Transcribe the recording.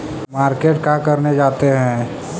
Market का करने जाते हैं?